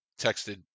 texted